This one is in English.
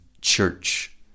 church